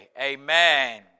Amen